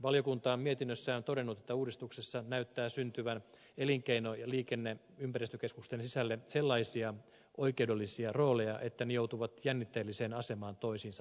valiokunta on mietinnössään todennut että uudistuksessa näyttää syntyvän elinkeino liikenne ja ympäristökeskusten sisälle sellaisia oikeudellisia rooleja että ne joutuvat jännitteelliseen asemaan toisiinsa nähden